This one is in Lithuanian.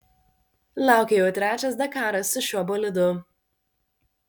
laukia jau trečias dakaras su šiuo bolidu